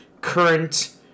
current